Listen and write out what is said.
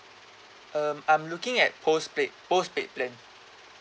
um I'm looking at postpaid postpaid plan